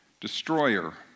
destroyer